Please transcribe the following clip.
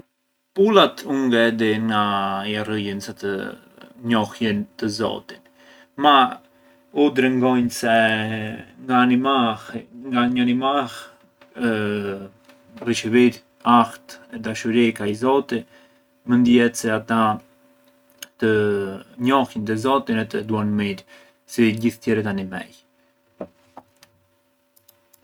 Pulat u ngë e di nga jarrëjën të njohjën të zotin, ma u drëngonj se nga animalli, një animall riçivir ahtë e dashuria ka i zoti, mënd jet se ata të njohjën të zotin e të e duan mirë, si gjith tjerët animej.